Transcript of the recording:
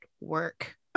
work